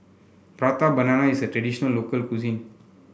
Prata Banana is a traditional local cuisine